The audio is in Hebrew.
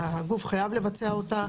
הגוף חייב לבצע אותה,